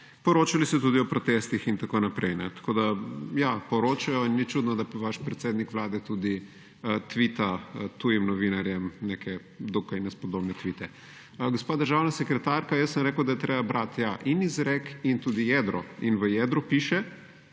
poročali so tudi o protestih in tako naprej. Tako da, ja poročajo. Ni čudno, da vaš predsednik Vlade tudi tvita tujim novinarjem neke dokaj nespodobne tvite. Gospa državna sekretarka jaz sem rekel, da je treba brati ja in izrek in tudi jedro. V jedru piše